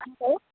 hello